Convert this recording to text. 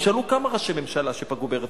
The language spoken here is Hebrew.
תשאלו כמה ראשי ממשלה שפגעו בארץ-ישראל.